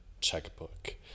checkbook